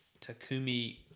Takumi